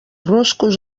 ruscos